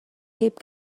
heb